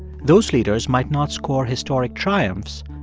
those leaders might not score historic triumphs,